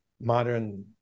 modern